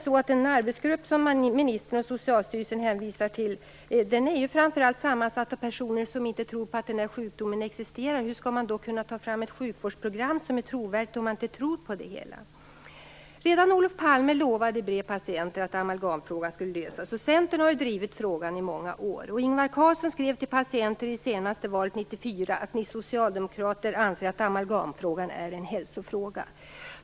Den arbetsgrupp som ministern och Socialstyrelsen hänvisar till är framför allt sammansatt av personer som inte tror att denna sjukdom existerar. Hur skall de då kunna ta fram ett trovärdigt sjukvårdsprogram? Redan Olof Palme lovade i brev patienter att amalgamfrågan skulle lösas, och Centern har drivit frågan i många år. Ingvar Carlsson skrev till patienter i det senaste valet 1994 att socialdemokraterna anser att amalgamfrågan är en hälsofråga.